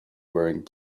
wearing